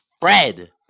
Fred